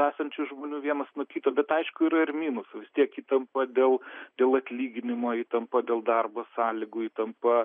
esančių žmonių vienas nuo kito bet aišku yra ir mynusų vis tiek įtampa dėl dėl atlyginimo įtampa dėl darbo sąlygų įtampa